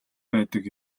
байдаг